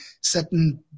certain